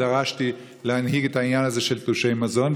דרשתי להנהיג את העניין הזה של תלושי מזון,